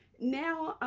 now,